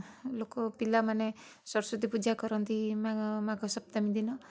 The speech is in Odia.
ଲୋକ ପିଲାମାନେ ସରସ୍ୱତୀ ପୂଜା କରନ୍ତି ମା ମାଘ ସପ୍ତମୀ ଦିନ